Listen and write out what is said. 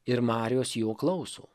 ir marios jo klauso